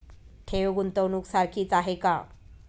ठेव, गुंतवणूक सारखीच आहे का?